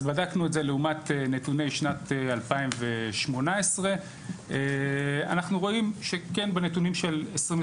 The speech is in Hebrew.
אז בדקנו את זה לעומת נתוני שנת 2018. אנחנו רואים שבנתונים של 2021,